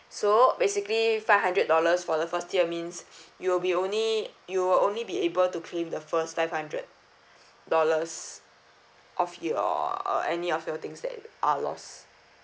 so basically five hundred dollars for the first tier means you will be only you will only be able to claim the first five hundred dollars of your uh any of your things that are lost